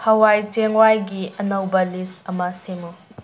ꯍꯋꯥꯏ ꯆꯦꯡꯋꯥꯏꯒꯤ ꯑꯅꯧꯕ ꯂꯤꯁ ꯑꯃ ꯁꯦꯝꯃꯨ